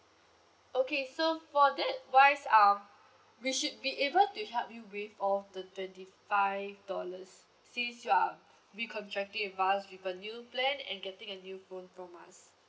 okay so for that wise um we should be able to help you waive off the twenty five dollars since you are re-contracting with us with a new plan and getting a new phone from us